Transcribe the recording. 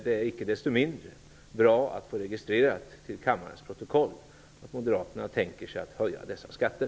Men icke desto mindre är det bra att få registrerat till kammarens protokoll att moderaterna tänker sig att höja dessa skatter.